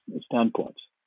standpoints